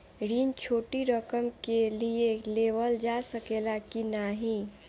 ऋण छोटी रकम के लिए लेवल जा सकेला की नाहीं?